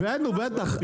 הבאנו, בטח.